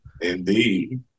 Indeed